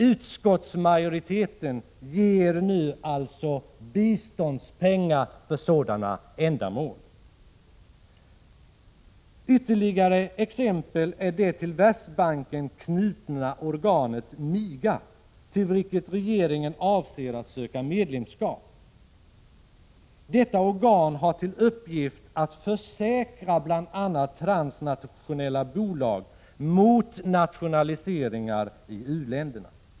Utskottsmajoriteten ger nu alltså biståndspengar för sådana ändamål. Ytterligare exempel är det till Världsbanken knutna organet MIGA, i vilket regeringen avser att söka medlemskap. Detta organ har till uppgift att försäkra bl.a. transnationella bolag mot nationaliseringar i u-länderna.